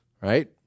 right